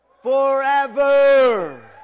forever